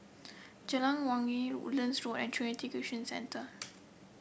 Jalan Wangi Woodlands Road and Trinity Christian Centre